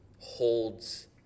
holds